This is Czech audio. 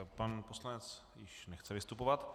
Pan poslanec již nechce vystupovat.